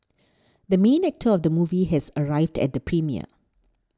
the main actor of the movie has arrived at the premiere